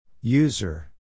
User